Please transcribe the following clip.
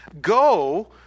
Go